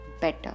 Better